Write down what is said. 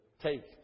take